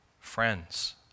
friends